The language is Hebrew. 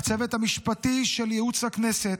לצוות המשפטי של ייעוץ הכנסת,